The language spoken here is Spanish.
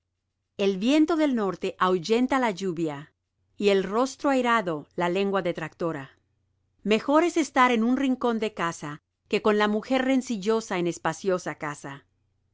el viento del norte ahuyenta la lluvia y el rostro airado la lengua detractora mejor es estar en un rincón de casa que con la mujer rencillosa en espaciosa casa